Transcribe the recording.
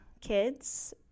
kids